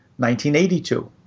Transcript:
1982